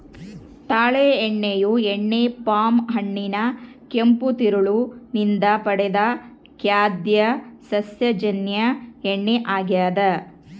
ತಾಳೆ ಎಣ್ಣೆಯು ಎಣ್ಣೆ ಪಾಮ್ ಹಣ್ಣಿನ ಕೆಂಪು ತಿರುಳು ನಿಂದ ಪಡೆದ ಖಾದ್ಯ ಸಸ್ಯಜನ್ಯ ಎಣ್ಣೆ ಆಗ್ಯದ